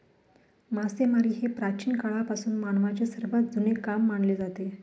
मासेमारी हे प्राचीन काळापासून मानवाचे सर्वात जुने काम मानले जाते